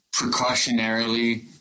precautionarily